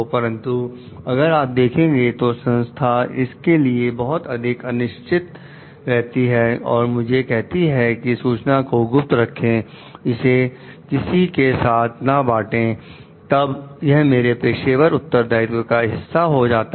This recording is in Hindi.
परंतु अगर आप देखेंगे तो संस्थाएं इसके लिए बहुत अधिक अनिश्चित रहती हैं और मुझे कहती हैं कि सूचना को गुप्त रखें इसे किसी के साथ ना बाटे तब यह मेरे पेशेवर उत्तरदायित्व का हिस्सा हो जाता है